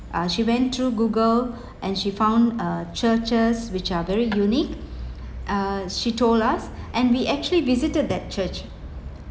uh she went through google and she found uh churches which are very unique uh she told us and we actually visited that church